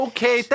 Okay